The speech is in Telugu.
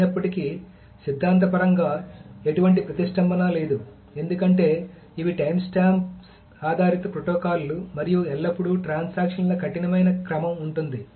అయినప్పటికీ సిద్ధాంతపరంగా ఎటువంటి ప్రతిష్టంభన లేదు ఎందుకంటే ఇవి టైమ్స్టాంప్స్ ఆధారిత ప్రోటోకాల్లు మరియు ఎల్లప్పుడూ ట్రాన్సాక్షన్ ల కఠినమైన క్రమం ఉంటుంది